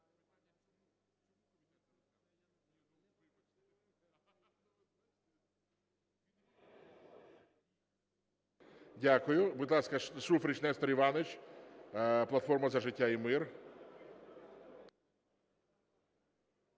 Дякую. Будь ласка, Шуфрич Нестор Іванович, "Платформа за життя та мир".